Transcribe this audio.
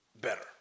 better